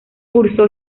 cursó